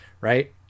right